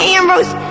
Ambrose